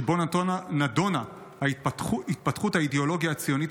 שבו נדונה התפתחות האידיאולוגיה הציונית